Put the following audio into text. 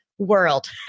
world